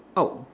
out